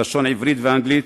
בלשון עברית ובאנגלית,